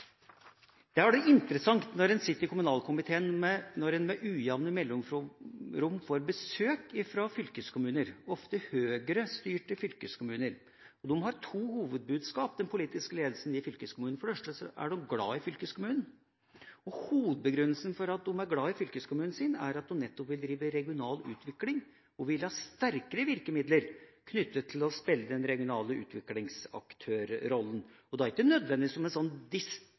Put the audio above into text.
kommunalkomiteen når en med ujamne mellomrom får besøk fra fylkeskommuner – ofte Høyre-styrte fylkeskommuner. Den politiske ledelsen i fylkeskommunen har to hovedbudskap. For det første er de glad i fylkeskommunen. Hovedbegrunnelsen for at de er glad i fylkeskommunen sin er at de nettopp vil drive regional utvikling og vil ha sterkere virkemidler knyttet til å spille den regionale utviklingsaktørrollen. Det er ikke nødvendig som krise- eller unntaksvirkemiddel i samfunnsutviklinga – nei, de ønsker at fylkeskommunen skal spille en